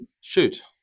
Shoot